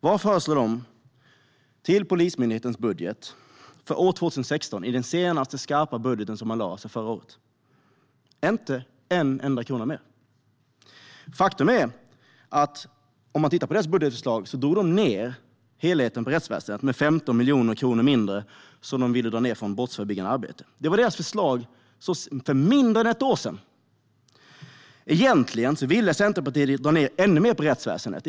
Vad föreslog de till Polismyndighetens budget för 2016 i den senaste skarpa budgeten som de lade förra året? Inte en enda krona mer. Faktum är att om man tittar på deras budgetförslag ser man att de drog ned på medlen till rättsväsendet totalt sett. 15 miljoner kronor mindre ville de lägga på brottsförebyggande arbete. Det var deras förslag för mindre än ett år sedan. Egentligen ville Centerpartiet dra ned ännu mer på rättsväsendet.